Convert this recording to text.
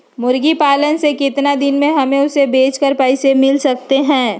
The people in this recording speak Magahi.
मुर्गी पालने से कितने दिन में हमें उसे बेचकर पैसे मिल सकते हैं?